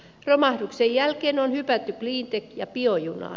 romahduksen jälkeen on hypätty cleantech ja biojunaan